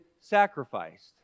sacrificed